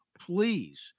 please